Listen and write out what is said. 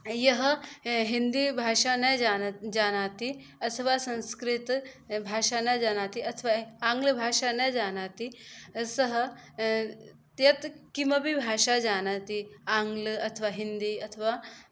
यः हिन्दीभाषां न जाना जानाति अथवा संस्कृतभाषां न जानाति अथवा आङ्गलभाषां न जानाति सः यत् किमपि भाषां जानाति आङ्गल अथवा हिन्दी अथवा